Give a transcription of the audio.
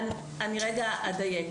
אני אדייק.